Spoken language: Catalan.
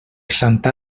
santa